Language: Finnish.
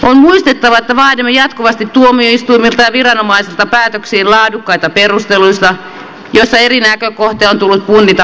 on muistettava että vaadimme jatkuvasti tuomioistuimilta ja viranomaisilta päätöksiin laadukkaita perusteluita joissa eri näkökohtia on tullut punnita huolellisesti